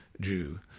Jew